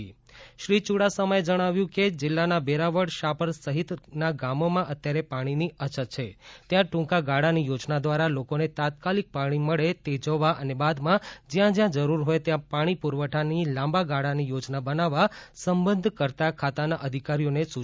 મંત્રીશ્રી ચુડાસમા એ જણાવ્યું કે જિલ્લાના વેરાવળ શાપર સહિતના ગામોમાં અત્યારે પાણીની અછત છે ત્યાં ટુંકા ગાળાની યોજના દ્વારા લોકોને તાત્કાલીક પાણી મળે તે જોવા અને બાદમાં જયાં જયાં જરૂર હોય ત્યાં પાણી પુરવઠાની લાંબા ગાળાની યોજના બનાવવા સંબંધકર્તા ખાતાના અધિકારીઓને સુચના આપી હતી